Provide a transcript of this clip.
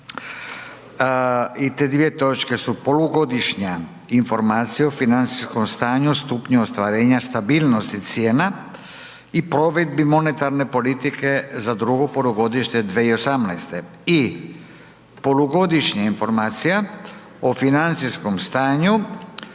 i te dvije točke su: - Polugodišnja informacija o financijskom stanju, stupnju ostvarenja stabilnosti cijena i provedbi monetarne politike za drugo polugodište 2018. i - Polugodišnja informacija o financijskom stanju,